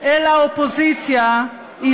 זאת הממשלה הכי טובה שיש.